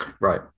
Right